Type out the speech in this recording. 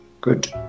good